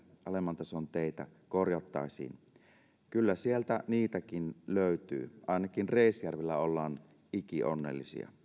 alemman tason teitä korjattaisiin kyllä sieltä niitäkin löytyy ainakin reisjärvellä ollaan ikionnellisia